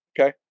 Okay